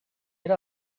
era